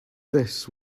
this